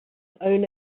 own